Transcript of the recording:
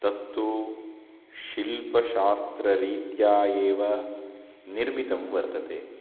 तत्तु शिल्पशास्त्ररीत्या एव निर्मितं वर्तते